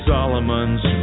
Solomon's